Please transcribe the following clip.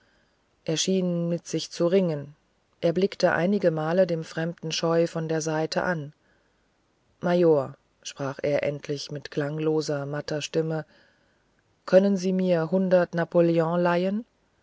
er schien mit sich zu ringen er blickte einige male den fremden scheu von der seite an major sprach er endlich mit klangloser matter stimme können sie mir hundert napoleon leihen